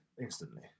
Instantly